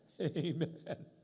Amen